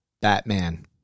batman